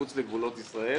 מספר 53 ברשימה.